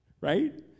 right